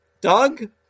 Doug